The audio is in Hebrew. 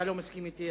אתה לא מסכים אתי,